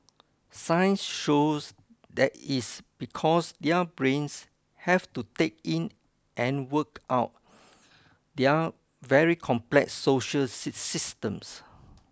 science shows that is because their brains have to take in and work out their very complex social systems